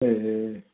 ए